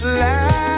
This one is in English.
last